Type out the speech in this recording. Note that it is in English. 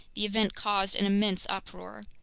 the event caused an immense uproar.